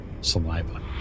saliva